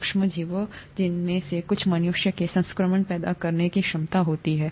सूक्ष्मजीव जिनमें से कुछ मनुष्यों में संक्रमण पैदा करने की क्षमता है